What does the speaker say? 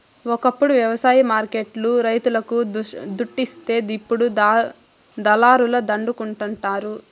ఒకప్పుడు వ్యవసాయ మార్కెట్ లు రైతులకు దుడ్డిస్తే ఇప్పుడు దళారుల దండుకుంటండారు